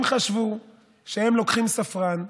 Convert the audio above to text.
הם חשבו שהם לוקחים ספרן,